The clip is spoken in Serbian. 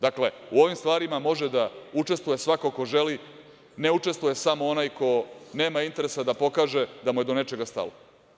Dakle, u ovim stvarima može da učestvuje svako ko želi, ne učestvuje samo onaj ko nema interese da pokaže da mu je do nečega stalo.